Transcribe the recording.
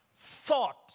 thought